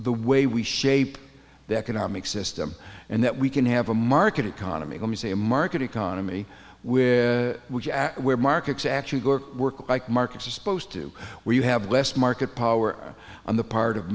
the way we shape the economic system and that we can have a market economy let me say a market economy with where markets actually work like markets are supposed to where you have less market power on the part of